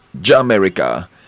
Jamaica